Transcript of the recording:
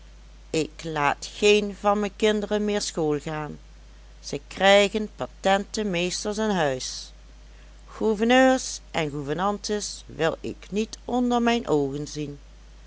ik laat geen van me kinderen meer schoolgaan ze krijgen patente meesters aan huis gouverneurs en gouvernantes wil ik niet onder mijn oogen zien